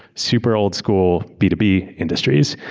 super old-school b two b industries.